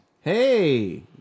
Hey